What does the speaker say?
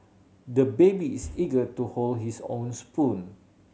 the baby is eager to hold his own spoon